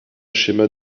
schéma